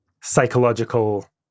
psychological